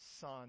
son